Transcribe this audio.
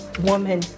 woman